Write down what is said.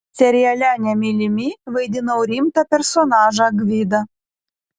seriale nemylimi vaidinau rimtą personažą gvidą